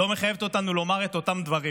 לא מחייבת אותנו לומר את אותם דברים,